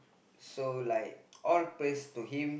so like all praise to him